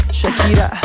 Shakira